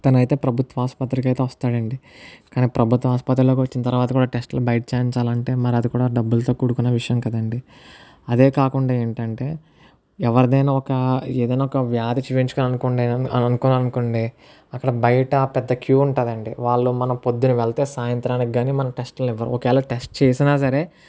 తనైతే ప్రభుత్వ ఆసుపత్రికి అయితే వస్తాడు అండి కానీ ప్రభుత్వ ఆసుపత్రిలో కూడా వచ్చిన తర్వాత టెస్టులు బయట చేయించాలంటే మరి అది కూడా డబ్బులతో కూడుకున్న విషయం కదండి అదే కాకుండా ఏంటంటే ఎవరిదైనా ఒక ఏదైనా ఒక వ్యాధి చూపించుకోవాలి అనుకోండి అని అనుకున్నాం అనుకోండి అక్కడ బయట పెద్ద క్యూ ఉంటుంది అండి వాళ్లు మనం పొద్దున వెళ్తే సాయంత్రానికి గాని మన టెస్టులు ఇవ్వరు ఒకవేళ టెస్ట్ చేసినా సరే